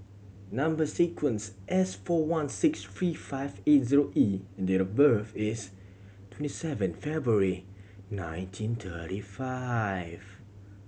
number sequence S four one six three five eight zero E and date of birth is twenty seven February nineteen thirty five